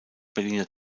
berliner